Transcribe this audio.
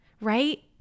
right